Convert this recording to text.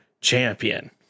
champion